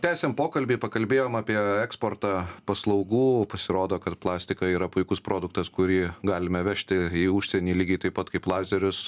tęsiam pokalbį pakalbėjom apie eksportą paslaugų pasirodo kad plastika yra puikus produktas kurį galime vežti į užsienį lygiai taip pat kaip lazerius